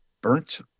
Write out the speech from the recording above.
Burnt